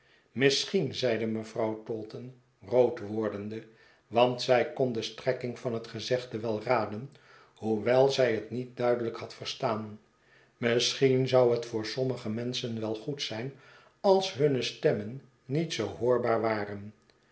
misschien zeide mevrouw taunton rood wordende want zij kon de strekking van het gezegde wel raden hoewel zij het niet duidelijk had verstaan misschien zou het voor sommige menschen wel goed zijn als hunne stemmen niet zoo hoorbaar waren